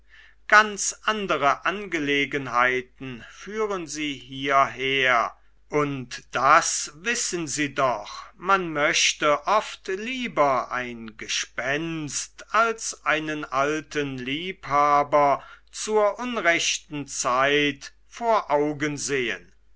ganz andere angelegenheiten führen sie hierher und das wissen sie doch man möchte oft lieber ein gespenst als einen alten liebhaber zur unrechten zeit vor augen sehen